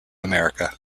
america